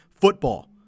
football